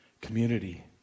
community